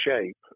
shape